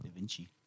DaVinci